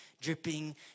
dripping